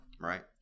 right